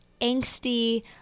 angsty